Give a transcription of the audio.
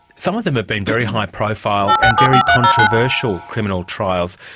some of them have been very high profile and very controversial criminal trials,